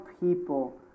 people